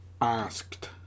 asked